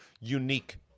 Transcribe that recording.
unique